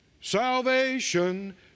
Salvation